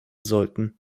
sollten